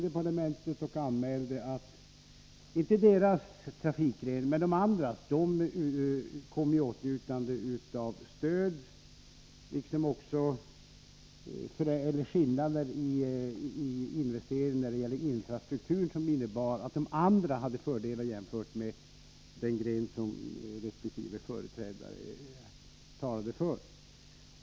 De anmälde att de andras trafikgrenar — men inte deras egen — kom i åtnjutande av stöd liksom att det fanns skillnader i investeringarna när det gällde infrastrukturen som innebar att de andra trafikgrenarna hade fördelar jämfört med den gren som resp. företrädare talade för.